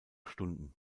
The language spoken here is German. stunden